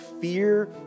fear